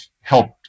helped